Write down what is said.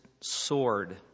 soared